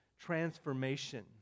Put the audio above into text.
transformation